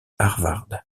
harvard